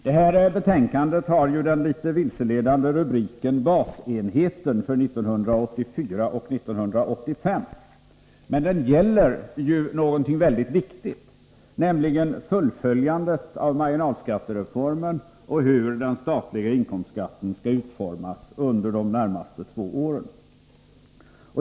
Den här debatten har den litet vilseledande rubriken Basenheten för åren 1984 och 1985, men den gäller ju någonting mycket viktigt, nämligen fullföljandet av marginalskattereformen och hur den statliga inkomstskatten skall utformas under de två närmaste åren.